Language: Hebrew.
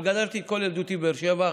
אבל גדלתי כל ילדותי בבאר שבע,